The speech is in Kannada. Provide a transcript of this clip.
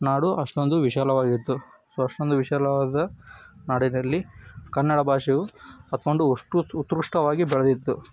ನಾಡು ಅಷ್ಟೊಂದು ವಿಶಾಲವಾಗಿತ್ತು ಸೊ ಅಷ್ಟೊಂದು ವಿಶಾಲವಾದ ನಾಡಿನಲ್ಲಿ ಕನ್ನಡ ಭಾಷೆಯು ಅಷ್ಟೊಂದು ಉಷ್ಟುತ್ ಉತ್ಕೃಷ್ಟವಾಗಿ ಬೆಳೆದಿತ್ತು